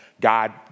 God